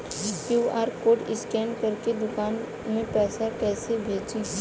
QR code scan करके दुकान में पैसा कइसे भेजी?